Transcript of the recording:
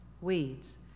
weeds